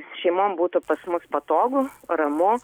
šeimom būtų pas mus patogu ramu